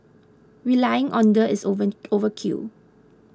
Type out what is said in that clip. relying on the is over overkill